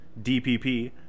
DPP